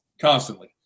Constantly